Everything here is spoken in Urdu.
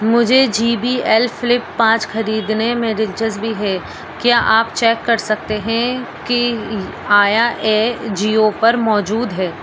مجھے جی بی ایل فلپ پانچ خریدنے میں دلچسپی ہے کیا آپ چیک کر سکتے ہیں کہ آیا یہ جیو پر موجود ہے